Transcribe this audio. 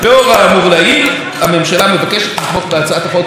לאור האמור לעיל, הממשלה מבקשת לתמוך בהצעת החוק.